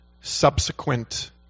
subsequent